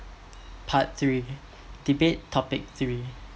part three debate topic three